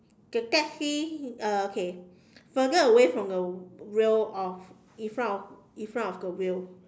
the taxi uh okay further away from the wheel of in front of in front of the wheel